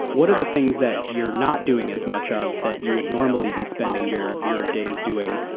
what are the things that you're not doing as much of that you would normally be spending your your days doing?